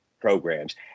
programs